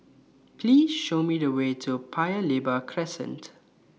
Please Show Me The Way to Paya Lebar Crescent